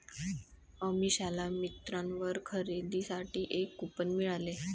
अमिषाला मिंत्रावर खरेदीसाठी एक कूपन मिळाले